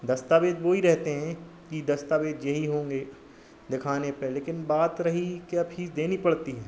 दस्तावेज़ वही रहते हैं कि दस्तावेज़ यही होंगे देखाने पर लेकिन बात रही क्या फीस देनी पड़ती है